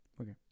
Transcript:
Okay